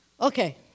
Okay